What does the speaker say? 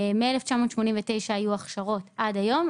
מ-1989 היו הכשרות עד היום,